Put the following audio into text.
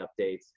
updates